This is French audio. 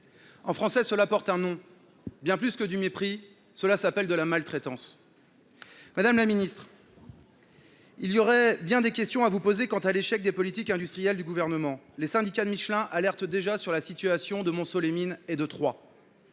En français, cela porte un nom : bien plus que du mépris, c’est de la maltraitance ! Madame la ministre, il y aurait bien des questions à vous poser sur l’échec des politiques industrielles du Gouvernement. Les syndicats de Michelin alertent déjà sur la situation à Montceau les Mines et à Troyes.